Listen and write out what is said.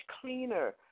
cleaner